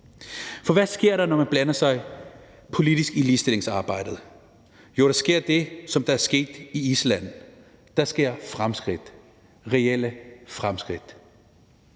For hvad sker der, når man blander sig politisk i ligestillingsarbejdet? Jo, der sker det, som der er sket i Island. Der sker fremskridt, reelle fremskridt.